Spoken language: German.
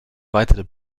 weitere